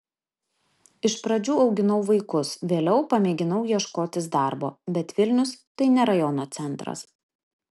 iš pradžių auginau vaikus vėliau pamėginau ieškotis darbo bet vilnius tai ne rajono centras